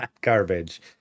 Garbage